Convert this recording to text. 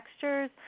Textures